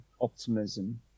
optimism